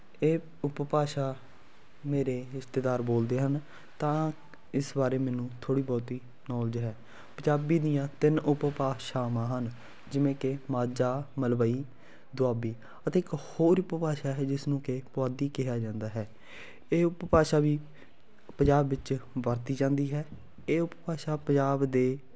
ਇਹ ਉਪਭਾਸ਼ਾ ਮੇਰੇ ਰਿਸ਼ਤੇਦਾਰ ਬੋਲਦੇ ਹਨ ਤਾਂ ਇਸ ਬਾਰੇ ਮੈਨੂੰ ਥੋੜ੍ਹੀ ਬਹੁਤੀ ਨੌਲੇਜ ਹੈ ਪੰਜਾਬੀ ਦੀਆਂ ਤਿੰਨ ਉਪਭਾਸ਼ਾਵਾਂ ਹਨ ਜਿਵੇਂ ਕਿ ਮਾਝਾ ਮਲਵਈ ਦੁਆਬੀ ਅਤੇ ਇੱਕ ਹੋਰ ਉਪਭਾਸ਼ਾ ਹੈ ਜਿਸ ਨੂੰ ਕਿ ਪੁਆਧੀ ਕਿਹਾ ਜਾਂਦਾ ਹੈ ਇਹ ਉਪਭਾਸ਼ਾ ਵੀ ਪੰਜਾਬ ਵਿੱਚ ਵਰਤੀ ਜਾਂਦੀ ਹੈ ਇਹ ਉਪਭਾਸ਼ਾ ਪੰਜਾਬ ਦੇ